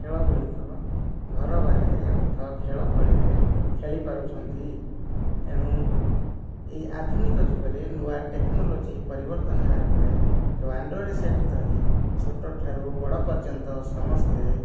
ଖେଳଗୁଡ଼ିକ ଘର ବାହାରେ ଅର୍ଥ ଖେଳ ପଡ଼ିଆରେ ଖେଳି ପାରୁଛନ୍ତି ତେଣୁ ଏହି ଆଧୁନିକ ଯୁଗରେ ନୂଆ ଟେକ୍ନୋଲୋଜି ପରିବର୍ତ୍ତନ ହେବା ପରେ ଯେଉଁ ଆଣ୍ଡ୍ରୋଏଡ଼ ସେଟ ଧରି ଛୋଟରୁ ବଡ଼ ପର୍ଯ୍ୟନ୍ତ ସମସ୍ତେ